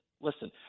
listen